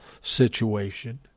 situation